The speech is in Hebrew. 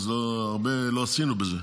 אז הרבה לא עשינו בזה,